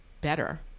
better